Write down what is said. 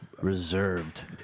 Reserved